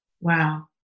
Wow